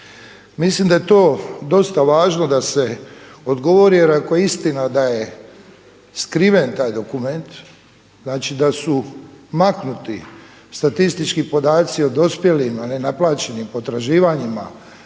Mislim da je to dosta važno da se odgovori, jer ako je istina da je skriven taj dokument, znači da su maknuti statistički podaci o dospjelim a nenaplaćenim potraživanjima